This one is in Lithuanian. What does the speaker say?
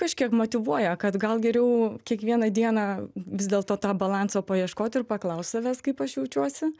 kažkiek motyvuoja kad gal geriau kiekvieną dieną vis dėlto to balanso paieškot ir paklaust savęs kaip aš jaučiuosi